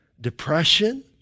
depression